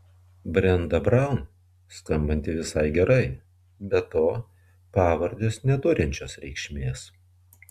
brenda braun skambanti visai gerai be to pavardės neturinčios reikšmės